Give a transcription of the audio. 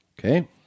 Okay